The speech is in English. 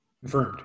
Confirmed